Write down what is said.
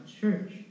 church